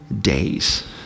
days